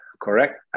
correct